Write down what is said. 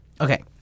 Okay